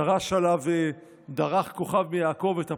דרש עליו "דרך כוכב מיעקב", את הפסוק,